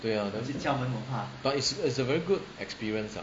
对 ah but it's it's a very good experience lah